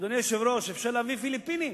אדוני היושב-ראש, אפשר להביא פיליפינים.